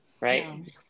right